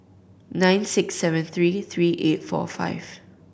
nine six seven three three eight four five